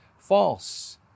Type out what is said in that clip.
False